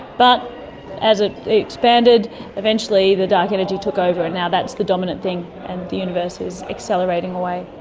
but as it expanded eventually the dark energy took over and now that's the dominant thing and the universe is accelerating away.